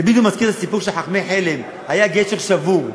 זה מזכיר לי בדיוק את הסיפור על חכמי חלם: היה גשר שבור.